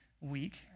week